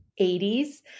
80s